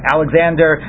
Alexander